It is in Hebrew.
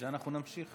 את זה אנחנו נמשיך.